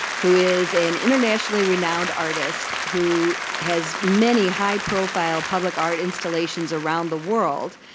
who is an internationally-renowned artist who has many high-profile public art installations around the world,